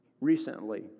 Recently